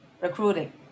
recruiting